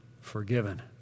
forgiven